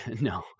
no